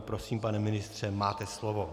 Prosím, pane ministře, máte slovo.